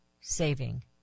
saving